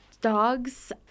dogs